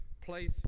place